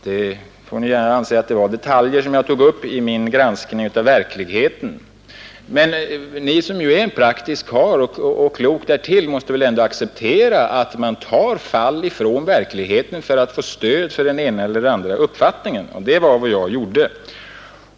Ni får gärna anse att det var detaljer jag tog upp i min granskning av verkligheten. Men Ni som är en praktisk karl och klok därtill måste väl ändå acceptera att man tar fall från verkligheten för att få stöd för den ena eller andra uppfattningen. Det var vad jag gjorde.